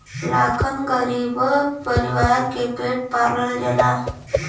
लाखन गरीब परीवार के पेट पालल जाला